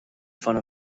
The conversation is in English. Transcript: front